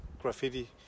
graffiti